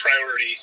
priority